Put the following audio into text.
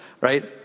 Right